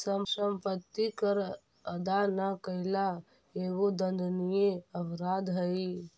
सम्पत्ति कर अदा न कैला एगो दण्डनीय अपराध हई